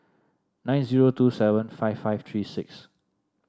nine zero two seven five five three six